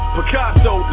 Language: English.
Picasso